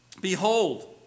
Behold